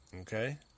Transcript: Okay